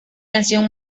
canción